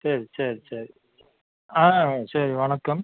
சரி சரி சரி ஆ சரி வணக்கம்